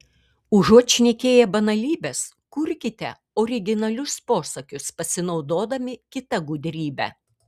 užuot šnekėję banalybes kurkite originalius posakius pasinaudodami kita gudrybe